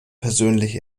persönlich